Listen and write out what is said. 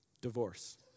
Divorce